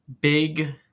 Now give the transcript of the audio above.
Big